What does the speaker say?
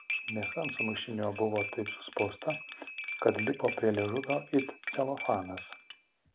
mėsa ant sumuštinio buvo taip suspausta kad lipo prie liežuvio it celofanas